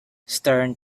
stern